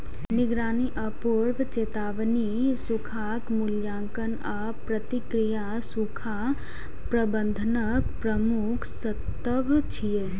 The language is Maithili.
निगरानी आ पूर्व चेतावनी, सूखाक मूल्यांकन आ प्रतिक्रिया सूखा प्रबंधनक प्रमुख स्तंभ छियै